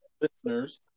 listeners